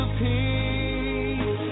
peace